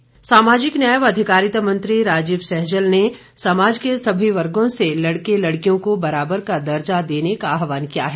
सैजल सामाजिक न्याय व अधिकारिता मंत्री राजीव सैजल ने समाज के सभी वर्गों से लड़के लड़कियों को बराबर का दर्जा देने का आहवान किया है